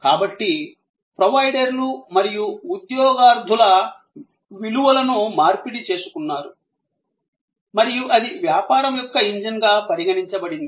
కాబట్టి ప్రొవైడర్లు మరియు ఉద్యోగార్ధులు విలువలను మార్పిడి చేసుకున్నారు మరియు అది వ్యాపారం యొక్క ఇంజిన్గా పరిగణించబడింది